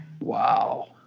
Wow